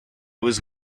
was